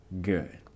Good